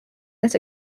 that